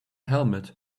helmet